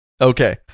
Okay